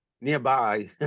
nearby